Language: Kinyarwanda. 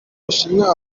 bushinwa